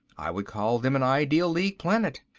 i would call them an ideal league planet.